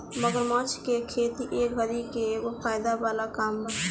मगरमच्छ के खेती ए घड़ी के एगो फायदा वाला काम बा